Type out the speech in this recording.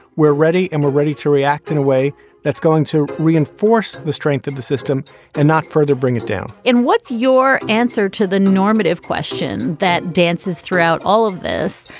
we're ready and we're ready to react in a way that's going to reinforce the strength of the system and not further bring it down and what's your answer to the normative question that dances throughout all of this,